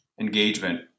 engagement